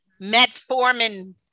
metformin